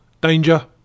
Danger